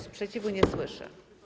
Sprzeciwu nie słyszę.